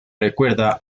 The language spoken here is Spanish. recuerda